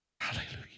Hallelujah